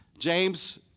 James